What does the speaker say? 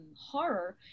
horror